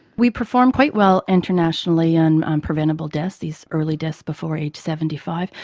we perform quite well internationally and on preventable deaths, these early deaths before age seventy five,